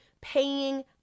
paying